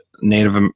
Native